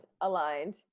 aligned